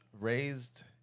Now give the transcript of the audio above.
raised